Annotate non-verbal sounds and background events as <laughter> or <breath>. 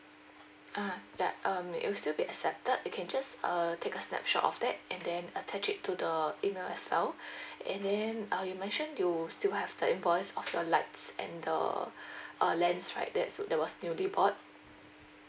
ah ya um it will still be accepted you can just uh take a snapshot of that and then attach it to the email as well <breath> and then uh you mention you still have the invoice of your lights and <breath> uh lens right that's that was newly bought